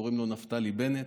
קוראים לו נפתלי בנט,